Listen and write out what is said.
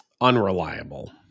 unreliable